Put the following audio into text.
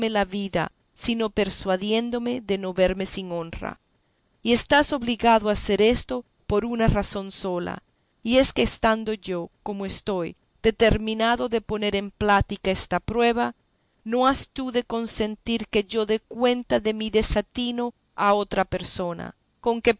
la vida sino persuadiéndome de no verme sin honra y estás obligado a hacer esto por una razón sola y es que estando yo como estoy determinado de poner en plática esta prueba no has tú de consentir que yo dé cuenta de mi desatino a otra persona